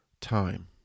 time